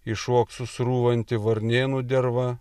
iš uoksų srūvanti varnėnų derva